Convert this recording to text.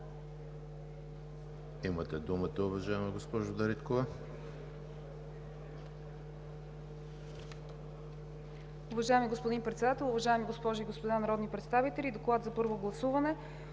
Имате думата, уважаема госпожо Дариткова.